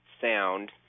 sound